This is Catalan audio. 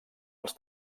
els